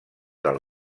del